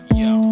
yo